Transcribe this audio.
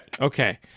Okay